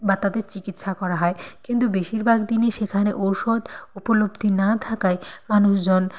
বা তাদের চিকিৎসা করা হয় কিন্তু বেশিরভাগ দিনই সেখানে ঔষধ উপলব্ধি না থাকায় মানুষজন